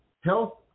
health